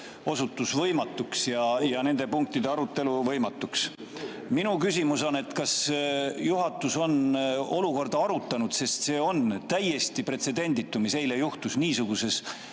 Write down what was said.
Riigikogu töö ja nende punktide arutelu osutus võimatuks. Minu küsimus on: kas juhatus on olukorda arutanud? Sest see on täiesti pretsedenditu, mis eile juhtus. Niisugune